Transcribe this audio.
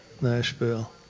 nashville